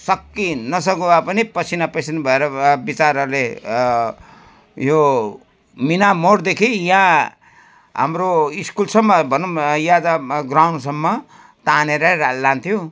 सकी नसकी भए पनि पसिना पसिना भएर बिचाराले यो मिनामोडदेखि यहाँ हाम्रो स्कुलसम्म भनौँ यहाँ त ग्राउन्डसम्म तानेर लान्थ्यो